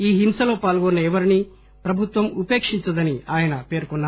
ఈ హింసలో పాల్గొన్న ఎవరినీ ప్రభుత్వం ఉపేక్షించదని ఆయన పేర్కొన్నారు